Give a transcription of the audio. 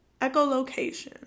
echolocation